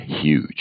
huge